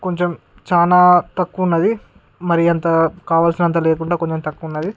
కొంచెం చానా తక్కువ ఉన్నది మరి అంత కావాల్సినంత లేకుండా కొంచెం తక్కువ ఉన్నది